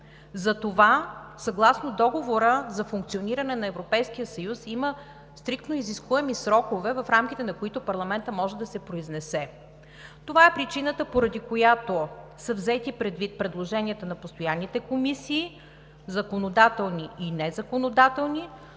За това съгласно Договора за функциониране на Европейския съюз има стриктно изискуеми срокове, в рамките на които парламентът може да се произнесе. Това е причината, поради която са взети предвид предложенията на постоянните комисии, законодателни и незаконодателни,